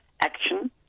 action